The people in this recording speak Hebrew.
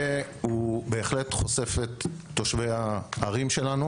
והוא בהחלט חושף את תושבי הערים שלנו